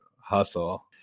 hustle